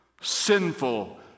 sinful